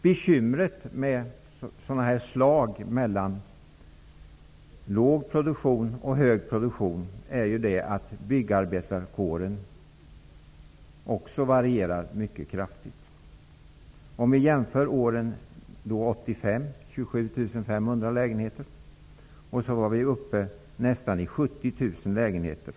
Bekymret med dessa slag mellan låg produktion och hög produktion är att antalet inom byggarbetarkåren också varierar mycket kraftigt. År 1985 hade vi en produktion på 27 500 lägenheter. År 1990 var vi uppe i nästan 70 000 lägenheter.